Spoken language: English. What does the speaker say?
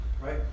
right